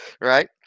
Right